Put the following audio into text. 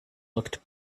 looked